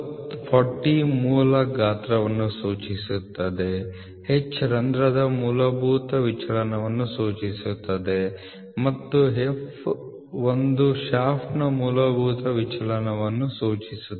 40 ಮೂಲ ಗಾತ್ರವನ್ನು ಸೂಚಿಸುತ್ತದೆ H ರಂಧ್ರದ ಮೂಲಭೂತ ವಿಚಲನವನ್ನು ಸೂಚಿಸುತ್ತದೆ ಮತ್ತು f ಒಂದು ಶಾಫ್ಟ್ನ ಮೂಲಭೂತ ವಿಚಲನವನ್ನು ಸೂಚಿಸುತ್ತದೆ